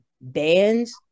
bands